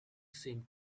seemed